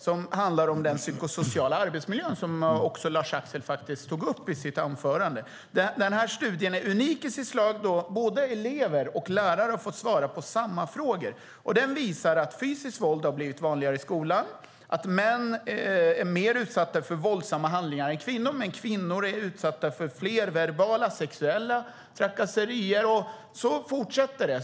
Den handlar om den psykosociala arbetsmiljön, som Lars-Axel tog upp i sitt anförande. Studien är unik i sitt slag eftersom elever och lärare har fått svara på samma frågor. Den visar att fysiskt våld har blivit vanligare i skolan, att män är mer utsatta för våldsamma handlingar än kvinnor men att kvinnor är utsatta för fler verbala och sexuella trakasserier. Så fortsätter det.